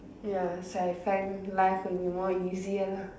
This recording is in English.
ya so I find life will be more easier